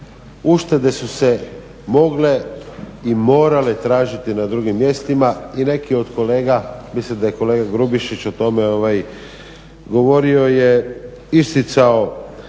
Uštede su se mogle i morale tražiti na drugim mjestima i neki od kolega, mislim da je kolega Grubišić o tome, ovaj govorio je, isticao